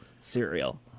cereal